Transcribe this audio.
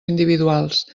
individuals